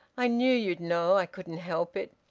i knew you'd know i couldn't help it.